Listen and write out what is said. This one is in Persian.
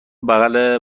بغل